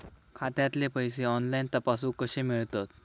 खात्यातले पैसे ऑनलाइन तपासुक कशे मेलतत?